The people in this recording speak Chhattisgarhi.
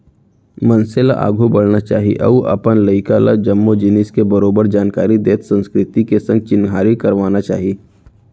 मनसे ल आघू बढ़ना चाही अउ अपन लइका ल जम्मो जिनिस के बरोबर जानकारी देत संस्कृति के संग चिन्हारी करवाना चाही